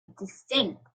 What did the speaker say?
distinct